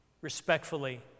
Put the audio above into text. respectfully